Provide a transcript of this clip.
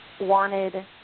wanted